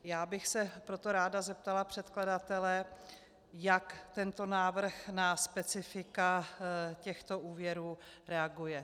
Já bych se proto ráda zeptala předkladatele, jak tento návrh na specifika těchto úvěrů reaguje.